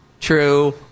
True